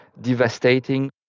devastating